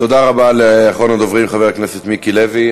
תודה רבה לאחרון הדוברים, חבר הכנסת מיקי לוי.